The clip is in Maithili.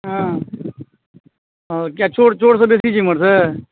हँ किए ओ चोर चोर सब बेसी छै एमहर से